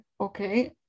Okay